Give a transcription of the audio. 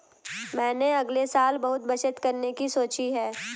मैंने अगले साल बहुत बचत करने की सोची है